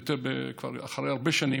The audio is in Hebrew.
כבר אחרי הרבה שנים,